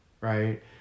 right